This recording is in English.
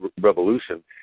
Revolution